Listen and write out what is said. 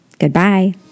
Goodbye